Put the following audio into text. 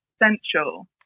essential